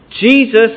Jesus